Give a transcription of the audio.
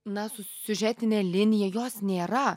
na su siužetine linija jos nėra